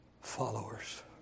followers